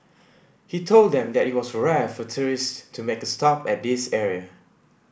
he told them that it was rare for tourist to make a stop at this area